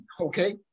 okay